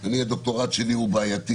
אני הדוקטורט שלי הוא בעייתי.